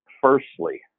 Firstly